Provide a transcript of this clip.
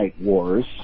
Wars